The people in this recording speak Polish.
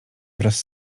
wraz